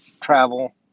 travel